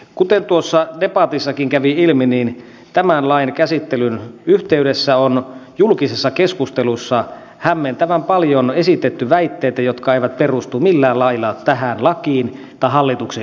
kuten debatissakin kävi ilmi tämän lain käsittelyn yhteydessä on julkisessa keskustelussa esitetty hämmentävän paljon väitteitä jotka eivät perustu millään lailla tähän lakiin tai hallituksen esitykseen